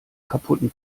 kaputten